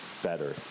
Better